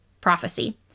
prophecy